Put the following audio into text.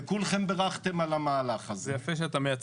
וכולכם ברכתם על המהלך הזה.